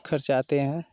खर्च आते हैं